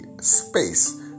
space